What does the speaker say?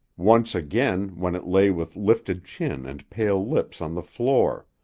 once again when it lay with lifted chin and pale lips on the floor.